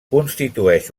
constitueix